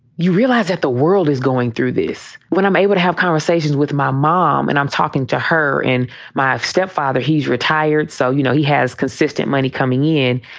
you realize that the world is going through this. when i'm able to have conversations with my mom and i'm talking to her and my step father, he's retired. so, you know, he has consistent money coming in.